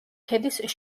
ქედის